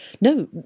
No